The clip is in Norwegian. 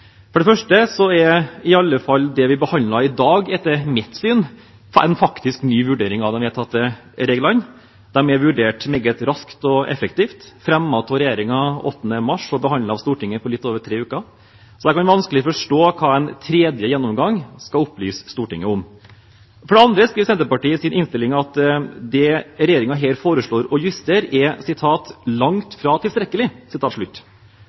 For det første er i alle fall det vi behandler i dag, etter mitt syn en faktisk ny vurdering av de vedtatte reglene, de er vurdert meget raskt og effektivt, fremmet av regjeringen 8. mars og behandlet av Stortinget på litt over tre uker. Så jeg kan vanskelig forstå hva en tredje gjennomgang skal opplyse Stortinget om. For det andre skriver Senterpartiet i sine merknader at de justeringene regjeringen her foreslår, «langt fra er